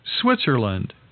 Switzerland